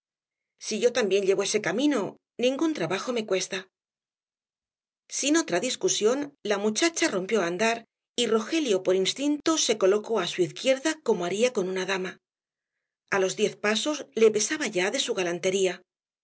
si yo también llevo ese camino ningún trabajo me cuesta sin otra discusión la muchacha rompió á andar y rogelio por instinto se colocó á su izquierda como haría con una dama a los diez pasos le pesaba ya de su galantería